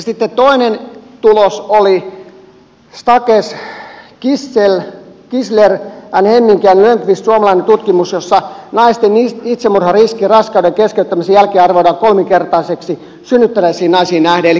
sitten toinen tulos oli stakesin gisslerhemminkilönnqvist suomalainen tutkimus jossa naisten itsemurhariski raskauden keskeyttämisen jälkeen arvioidaan kolminkertaiseksi synnyttäneisiin naisiin nähden